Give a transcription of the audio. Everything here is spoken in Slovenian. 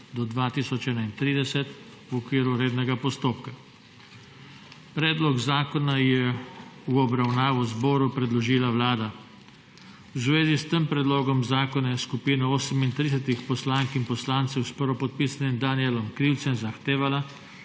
DO 2031 V OKVIRU REDNEGA POSTOPKA. Predlog zakona je v obravnavo zboru predložila Vlada. V zvezi s tem predlogom zakona je skupina 38 poslank in poslancev s prvopodpisanim Danijelom Krivicem zahtevala,